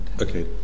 Okay